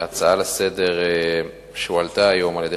ההצעה לסדר-היום שהועלתה היום על-ידי